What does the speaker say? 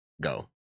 go